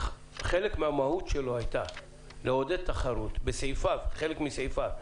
שחלק מהמהות שלו, חלק מסעיפיו,